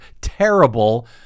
terrible